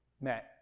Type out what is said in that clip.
met